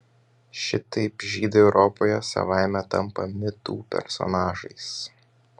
šitaip žydai europoje savaime tampa mitų personažais